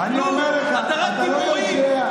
אתה רק דיבורים,